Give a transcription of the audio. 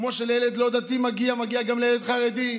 כמו שלילד לא דתי מגיע, מגיע גם לילד חרדי.